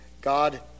God